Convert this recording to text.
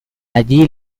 allí